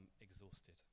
exhausted